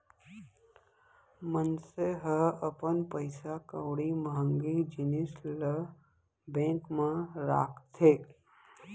मनसे ह अपन पइसा कउड़ी महँगी जिनिस ल बेंक म राखथे